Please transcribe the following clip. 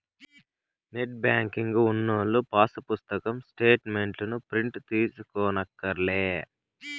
net banking ఉన్నోల్లు pass పుస్తకం స్టేటు మెంట్లుని ప్రింటు తీయించుకోనక్కర్లే